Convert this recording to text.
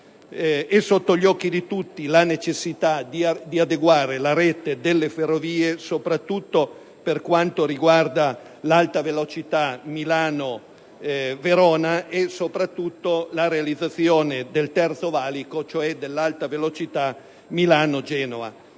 sotto gli occhi di tutti la necessità di adeguare la rete delle Ferrovie dello Stato, soprattutto per quanto riguarda l'Alta velocità Milano-Verona e la realizzazione del terzo valico, ossia l'alta velocità Milano-Genova.